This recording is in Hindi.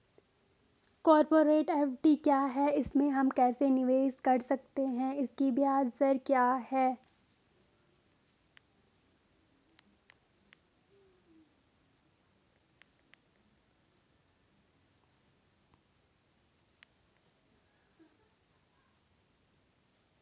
कॉरपोरेट एफ.डी क्या है इसमें हम कैसे निवेश कर सकते हैं इसकी ब्याज दर क्या है?